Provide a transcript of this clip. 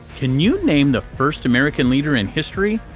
can you name the first american leader in history?